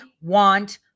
want